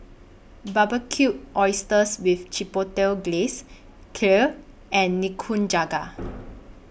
Barbecued Oysters with Chipotle Glaze Kheer and Nikujaga